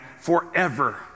forever